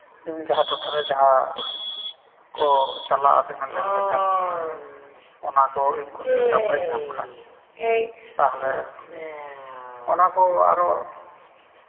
ᱤᱧ ᱡᱟᱦᱟᱸ ᱴᱚᱴᱷᱟᱨᱮ ᱡᱟᱦᱟᱸ ᱠᱚ ᱪᱟᱞᱟᱜᱼᱟ ᱫᱤᱱᱟᱹᱢ ᱫᱤᱱ ᱞᱮᱠᱟ ᱚᱱᱟ ᱠᱚ ᱤᱧ ᱠᱩᱥᱤ ᱞᱮᱠᱟ ᱵᱟᱹᱧ ᱧᱟᱢ ᱠᱷᱟᱱ ᱛᱟᱦᱚᱞᱮ ᱚᱱᱟ ᱠᱚ ᱟᱨᱚ